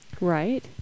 Right